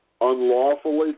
unlawfully